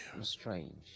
strange